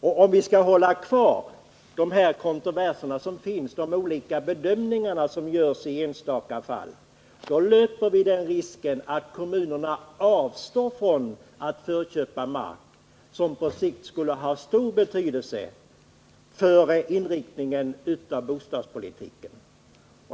Om det även fortsättningsvis kan uppstå kontroverser på grund av olika bedömningar i enstaka fall löper vi risk att kommunerna avstår från att förköpa mark som på sikt skulle ha stor betydelse för inriktningen av bostadspolitiken.